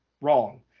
wrong